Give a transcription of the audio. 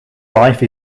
life